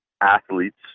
athletes